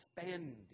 expanding